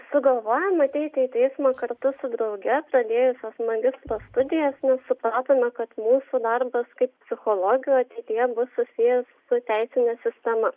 sugalvojome ateiti į teismą kartu su drauge pradėjusios magistro studijas kai supratome kad mūsų darbas kaip psichologių ateityje bus susijęs su teisine sistema